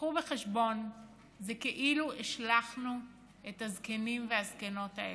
קחו בחשבון שזה כאילו השלכנו את הזקנים והזקנות האלה.